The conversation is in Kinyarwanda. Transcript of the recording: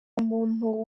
muntu